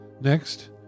Next